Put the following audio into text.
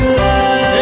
love